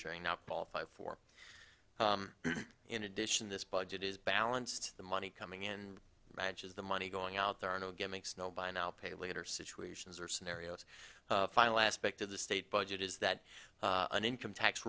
showing up all five for in addition this budget is balanced the money coming in matches the money going out there are no gimmicks no by now pay later situations or scenarios final aspect of the state budget is that an income tax